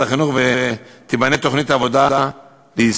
החינוך ותיבנה תוכנית עבודה ליישום.